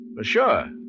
sure